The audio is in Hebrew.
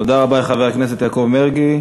תודה רבה לחבר הכנסת יעקב מרגי.